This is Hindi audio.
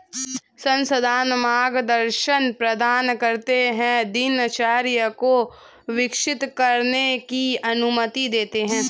संस्थान मार्गदर्शन प्रदान करते है दिनचर्या को विकसित करने की अनुमति देते है